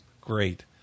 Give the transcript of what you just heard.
great